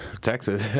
Texas